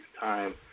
time